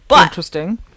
interesting